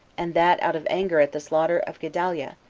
and that out of anger at the slaughter of gedaliah,